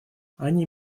они